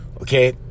okay